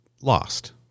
lost